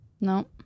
No